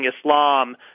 Islam